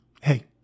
Hey